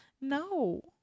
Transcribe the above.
No